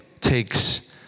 takes